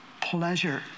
pleasure